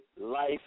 life